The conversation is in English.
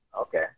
Okay